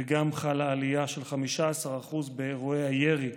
וגם חלה עלייה של 15% באירועי הירי: